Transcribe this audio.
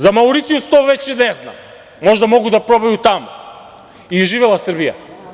Za Mauricijus to već ne znam, možda mogu da probaju tamo i živela Srbija.